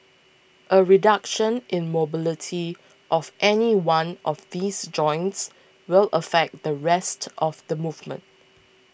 a reduction in mobility of any one of these joints will affect the rest of the movement